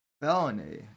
felony